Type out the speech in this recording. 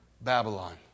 Babylon